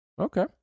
Okay